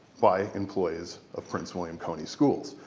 by employees of prince william county schools.